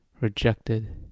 Rejected